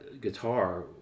guitar